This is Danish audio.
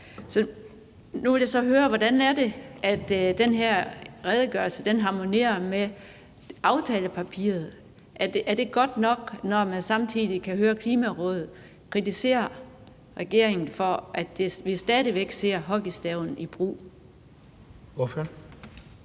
Nu vil jeg så høre, hvordan den her redegørelse harmonerer med aftalepapiret. Er det godt nok, når man samtidig kan høre Klimarådet kritisere regeringen for, at man stadig væk ser hockeystaven være i brug?